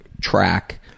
track